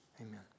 Amen